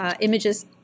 images